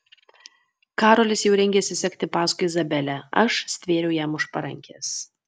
karolis jau rengėsi sekti paskui izabelę aš stvėriau jam už parankės